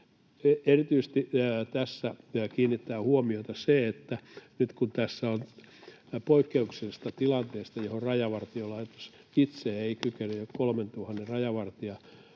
Erityisesti tässä kiinnittää huomiota se, että nyt kun tässä on kyse poikkeuksellisesta tilanteesta, jota Rajavartiolaitos itse ei kykene 3 000 rajavartijan